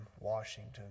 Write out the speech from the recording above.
Washington